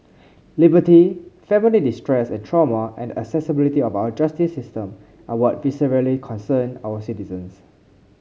liberty family distress and trauma and accessibility of our justice system are what viscerally concern our citizens